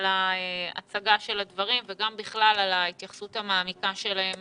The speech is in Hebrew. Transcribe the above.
על הצגת הדברים וגם בכלל על ההתייחסות המעמיקה שלהם